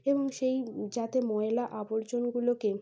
এবং সেই যাতে ময়লা আবর্জনাগুলোকে